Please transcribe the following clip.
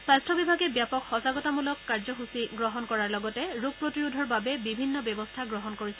স্বাস্থ্য বিভাগে ব্যাপক সজাগতামূলক কাৰ্যসূচী গ্ৰহণ কৰাৰ লগতে ৰোগ প্ৰতিৰোধৰ বাবে বিভিন্ন ব্যৱস্থা গ্ৰহণ কৰিছে